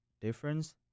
difference